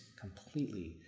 completely